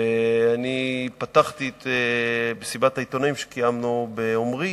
ואני פתחתי את מסיבת העיתונאים שקיימנו באומרי